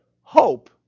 hope